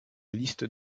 liste